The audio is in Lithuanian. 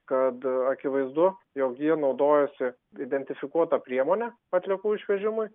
kad akivaizdu jog jie naudojosi identifikuota priemone atliekų išvežimui